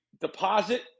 deposit